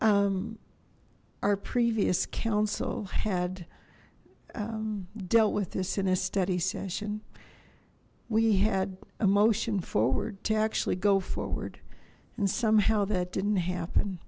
our previous council had dealt with this in a study session we had a motion forward to actually go forward and somehow that didn't happen